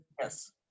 yes